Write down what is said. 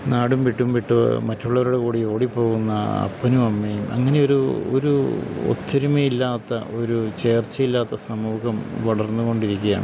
നാടും വിട്ടും വിട്ടു മറ്റുള്ളവരുടെ കൂടെ ഓടിപ്പോകുന്ന അപ്പനും അമ്മയും അങ്ങനെയൊരു ഒരു ഒത്തൊരുമയില്ലാത്ത ഒരു ചേർച്ചയില്ലാത്ത സമൂഹം വളർന്ന് കൊണ്ടിരിക്കുകയാണ്